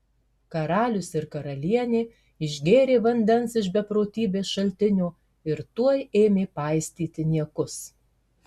karalius ir karalienė išgėrė vandens iš beprotybės šaltinio ir tuoj ėmė paistyti niekus